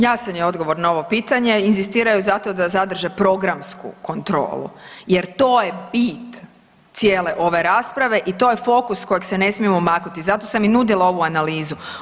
Jasan je odgovor na ovo pitanje, inzistiraju zato da zadrže programsku kontrolu jer to je bit cijele ove rasprave i to je fokus s kojeg se ne smijemo maknuti, zato sam i nudila ovu analizu.